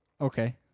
Okay